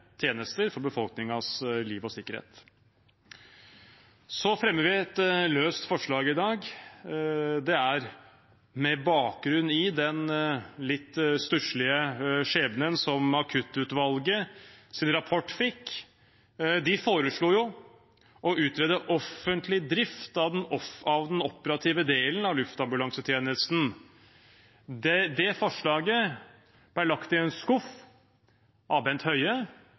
tjenester for befolkningens liv og sikkerhet. Vi fremmer et forslag i dag. Det er med bakgrunn i den litt stusslige skjebnen som akuttutvalgets rapport fikk. De foreslo å utrede offentlig drift av den operative delen av luftambulansetjenesten. Det forslaget ble lagt i en skuff av statsråd Bent Høie